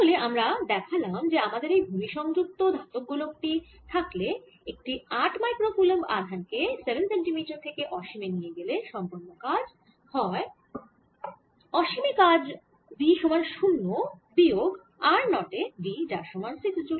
তাহলে আমরা দেখালাম যে যদি আমাদের এই ভুমি সংযুক্ত ধাতব গোলক টি থাকে একটি 8 মাইক্রো কুলম্ব আধান কে 7 সেন্টিমিটার থেকে অসীমে নিয়ে গেলে সম্পন্ন কাজ হয় অসীমে কাজ মানে v সমান শূন্য বিয়োগ r 0 তে v যার সমান 60 জ্যুল